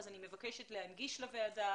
אני מבקשת להנגיש לוועדה,